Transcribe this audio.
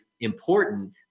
important